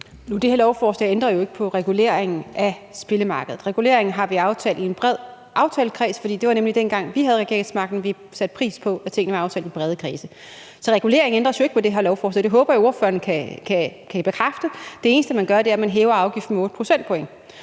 her lovforslag jo ikke på reguleringen af spillemarkedet. Reguleringen har vi aftalt i en bred aftalekreds, og det skete nemlig, dengang vi havde regeringsmagten, for vi satte pris på, at tingene var aftalt i brede kredse. Så reguleringen ændres jo ikke med det her lovforslag. Det håber jeg ordføreren kan bekræfte. Det eneste, man gør, er, at man hæver afgiften med 8 procentpoint,